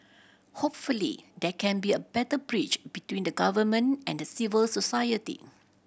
hopefully there can be a better bridge between the Government and the civil society